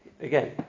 again